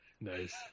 Nice